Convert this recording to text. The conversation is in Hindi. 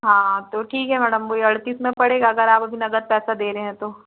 हाँ तो ठीक है मैडम वही अड़तीस में पड़ेगा अगर आप अभी नगद पैसा दे रहे हैं तो